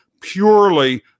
purely